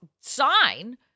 sign